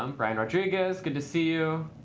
um brian rodriguez. good to see you.